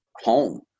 home